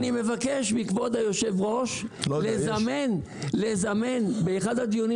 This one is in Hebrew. אני מבקש מכבוד היושב-ראש לזמן באחד הדיונים